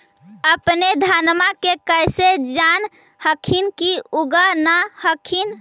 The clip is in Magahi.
अपने धनमा के कैसे जान हखिन की उगा न हखिन?